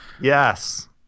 Yes